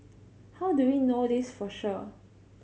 how do we know this for sure